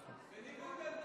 גבוהה (תיקון,